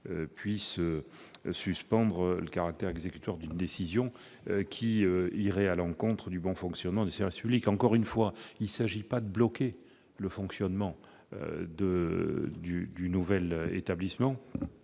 puisse suspendre le caractère exécutoire d'une décision qui irait à l'encontre du bon fonctionnement des services publics. Il s'agit non pas de bloquer le fonctionnement du nouvel établissement,